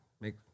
make